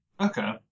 Okay